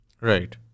Right